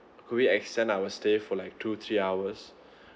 could we extend our stay for like two three hours